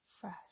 fresh